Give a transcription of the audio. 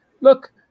Look